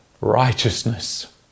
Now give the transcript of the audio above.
righteousness